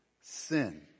sin